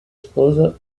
sposa